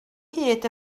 hyd